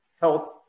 health